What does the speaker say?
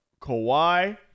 Kawhi